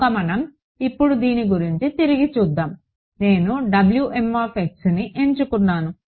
కనుక మనం ఇప్పుడు దీని గురించి తిరిగి చూద్దాం నేను ని ఎంచుకోవాలి